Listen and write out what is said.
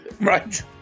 right